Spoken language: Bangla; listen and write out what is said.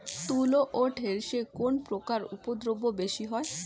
তুলো ও ঢেঁড়সে কোন পোকার উপদ্রব বেশি হয়?